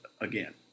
again